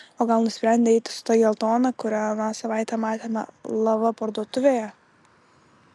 o gal nusprendei eiti su ta geltona kurią aną savaitę matėme lava parduotuvėje